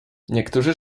niektórzy